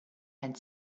had